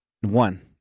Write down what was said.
One